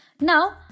Now